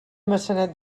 maçanet